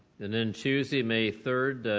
and then tuesday may third,